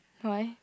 why